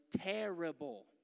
terrible